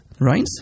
Right